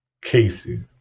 Casey